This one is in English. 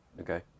Okay